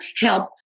help